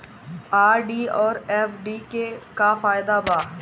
RD आउर FD के का फायदा बा?